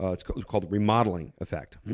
ah it's called called the remodeling effect,